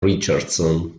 richardson